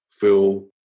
feel